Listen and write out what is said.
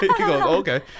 okay